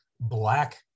black